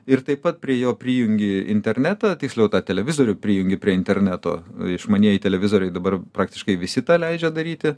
ir taip pat prie jo prijungi internetą tiksliau tą televizorių prijungi prie interneto išmanieji televizoriai dabar praktiškai visi tą leidžia daryti